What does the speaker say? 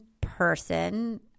person